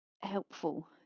helpful